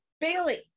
Bailey